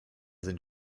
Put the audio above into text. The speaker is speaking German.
sind